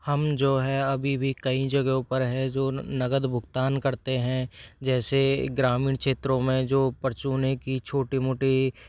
हम जो हैं अभी भी कई जगहों पर है जो नगद भुगतान करते हैं जैसे ग्रामीण क्षेत्रों में जो परचून की छोटी मोटी